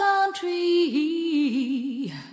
country